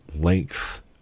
length